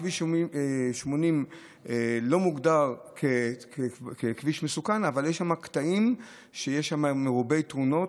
כביש 80 לא מוגדר ככביש מסוכן אבל יש שם קטעים מרובי תאונות,